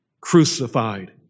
crucified